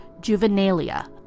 juvenalia